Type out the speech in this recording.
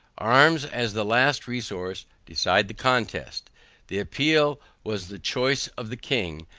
arms, as the last resource, decide the contest the appeal was the choice of the king,